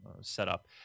setup